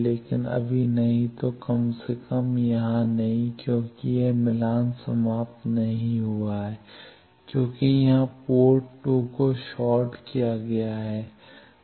लेकिन अभी नहीं तो कम से कम यहां नहीं क्योंकि यह मिलान समाप्त नहीं हुआ है क्योंकि यहां पोर्ट 2 को शॉर्ट किया गया है